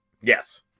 Yes